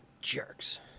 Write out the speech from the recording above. Jerks